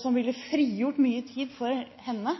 som ville frigjort mye tid for henne